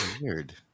weird